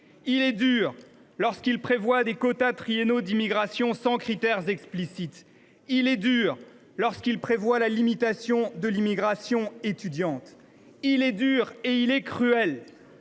Il est dur lorsqu’il instaure des quotas triennaux d’immigration sans fixer de critères explicites. Il est dur lorsqu’il prévoit la limitation de l’immigration étudiante. Il est cruel lorsqu’il